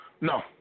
No